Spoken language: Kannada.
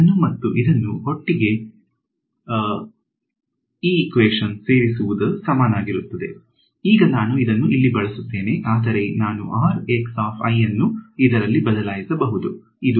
ಇದನ್ನು ಮತ್ತು ಇದನ್ನು ಒಟ್ಟಿಗೆ ಸೇರಿಸುವುದು ಸಮಾನವಾಗಿರುತ್ತದೆ ಈಗ ನಾನು ಇದನ್ನು ಇಲ್ಲಿ ಬಳಸುತ್ತೇನೆ ಆದರೆ ನಾನು ಅನ್ನು ಇದರಲ್ಲಿ ಬದಲಾಯಿಸಬಹುದು